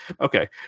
okay